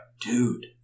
Dude